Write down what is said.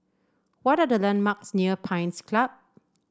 what are the landmarks near Pines Club